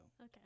Okay